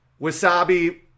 wasabi